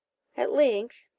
at length,